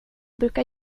brukar